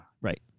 Right